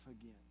again